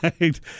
right